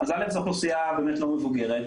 אז זאת אוכלוסייה באמת לא מבוגרת,